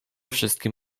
wszystkim